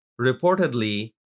reportedly